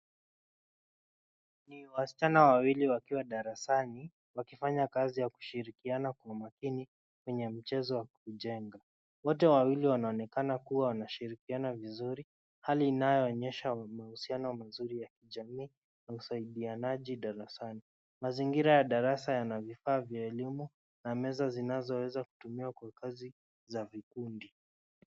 Ni wasichana wawili wakiwa darasani wakifanya kazi ya kushirikiana kwa umakini kwenye mchezo wa kujenga. Wote wawili wanaonekana kua na ushirikiano vizuri hali inayoonyesha mahusiano mzuri wa kijamii na usaidianaji darasani. Mazingira ya darasani yana vifaa vya elimu na meza zinazoweza kutumiwa kwa kazi za vikundi.